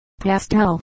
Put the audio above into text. pastel